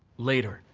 later,